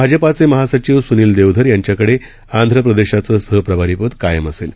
भाजपाचे महासचिव सुनील देवधर यांच्याकडे आंध्र प्रदेशाचं सहप्रभारीपदी कायम असेल